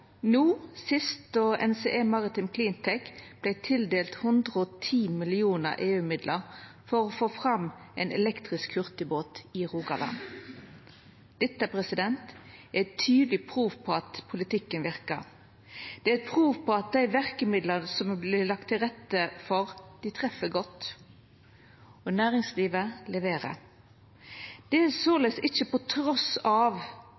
no sist då NCE Maritime CleanTech vart tildelt 110 mill. kr i EU-midlar for å få fram ein elektrisk hurtigbåt i Rogaland. Dette er eit tydeleg prov på at politikken verkar. Det er eit prov på at dei verkemidla som det vert lagt til rette for, treff godt. Og næringslivet leverer. Det er